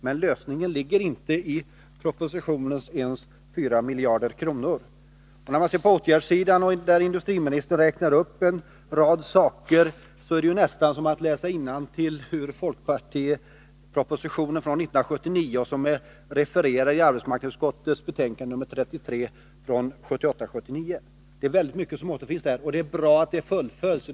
Men lösningen ligger inte ens i propositionens fyra miljarder kronor. På åtgärdssidan, där industriministern räknar upp en rad saker, är det - Nr 143 nästan som att läsa innantill ur folkpartipropositionen från 1979, som är Tisdagen den refererad i arbetsmarknadsutskottets betänkande 1978/79:33. Väldigt myck 10 maj 1983 et återfinns där, och det är bra att detta nu fullföljs.